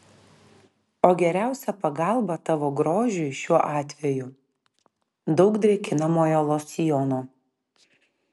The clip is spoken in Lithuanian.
o geriausia pagalba tavo grožiui šiuo atveju daug drėkinamojo losjono